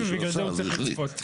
ולכן הוא צריך לצפות.